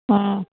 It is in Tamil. ம்